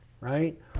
right